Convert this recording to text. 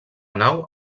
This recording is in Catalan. nau